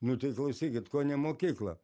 nu tai klausykit ko ne mokykla